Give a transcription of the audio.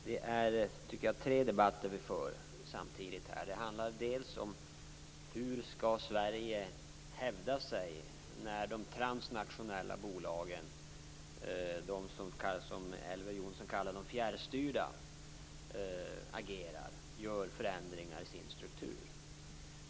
Herr talman! Jag tycker att vi för tre debatter samtidigt. Det handlar för det första om hur Sverige skall hävda sig när de transnationella bolagen, de som Elver Jonsson kallar de fjärrstyrda, gör förändringar i sin struktur.